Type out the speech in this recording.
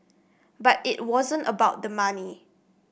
but it wasn't about the money